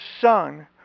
son